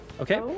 Okay